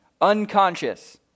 unconscious